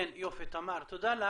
יופי, תמר, תודה לך.